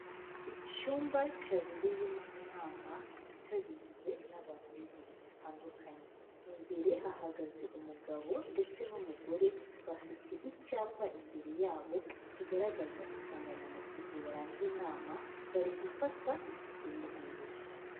Icyumba cyabereyemo inama yitabiriwe n'abantu b'ingeri zitandukanye, imbere hahagaze umugabo ndetse n'umugore bafite icyapa imbere yabo kigaragaza insanganyamatsiko yaranze inama, bari gufata ifoto y'urwibutso.